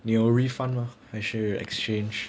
你有 refund 吗还是 exchange